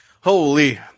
Holy